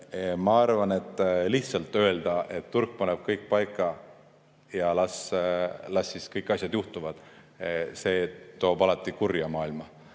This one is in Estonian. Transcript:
Ma arvan, et lihtsalt öelda, et turg paneb kõik paika ja las siis kõik asjad juhtuvad – see toob alati kurjust maailma